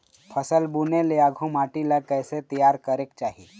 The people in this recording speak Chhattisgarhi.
फसल बुने ले आघु माटी ला कइसे तियार करेक चाही?